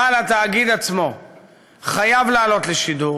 אבל התאגיד עצמו חייב לעלות לשידור,